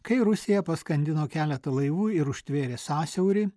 kai rusija paskandino keletą laivų ir užtvėrė sąsiaurį